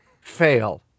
fail